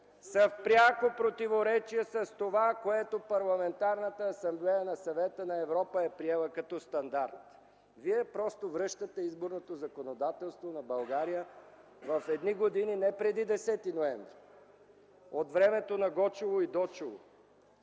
са в пряко противоречие с това, което Парламентарната асамблея на Съвета на Европа е приела като стандарт. Вие връщате изборното законодателство на България в години не преди 10 ноември, а от времето на Гочоолу и Дочоолу.